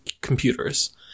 computers